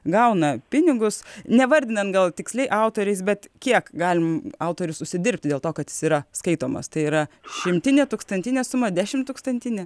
gauna pinigus nevardinant gal tiksliai autoriais bet kiek gali autorius užsidirbti dėl to kad jis yra skaitomas tai yra šimtinė tūkstantinė suma dešimttūkstantinė